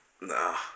No